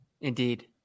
Indeed